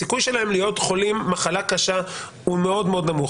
הסיכוי שלהם להיות חולים במחלה קשה הוא מאוד מאוד נמוך,